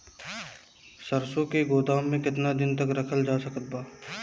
सरसों के गोदाम में केतना दिन तक रखल जा सकत बा?